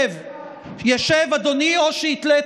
שב, למה אתה לא מספר שהוא פרובוקטור?